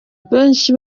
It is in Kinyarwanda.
benshi